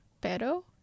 pero